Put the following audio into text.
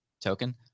token